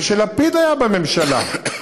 וכשלפיד היה בממשלה,